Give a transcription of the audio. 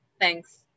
Thanks